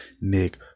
Nick